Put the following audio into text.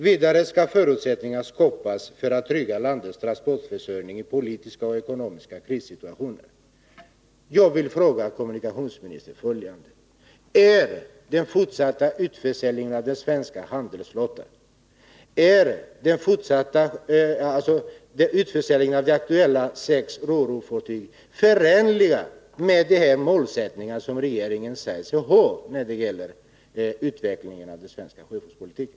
Vidare skall förutsättningar skapas för att trygga landets transportförsörjning i politiska och ekonomiska krissituationer.” aktuella ro-ro-fartygen, förenlig med de här målsättningarna som regeringen Nr 14 säger sig ha när det gäller utvecklingen av den svenska sjöfartspolitiken?